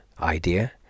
idea